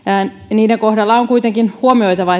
niiden kohdalla on kuitenkin huomioitava